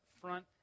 front